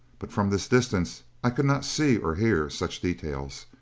but from this distance i could not see or hear such details,